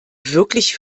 wirklich